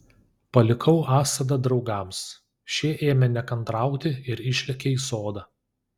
palikau asadą draugams šie ėmė nekantrauti ir išlėkė į sodą